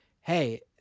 hey